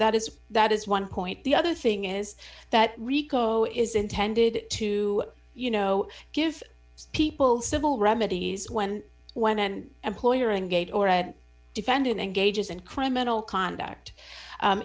that is that is one point the other thing is that rico is intended to you know give people civil remedies when when an employer and gate or a defendant engages in criminal conduct